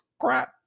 crap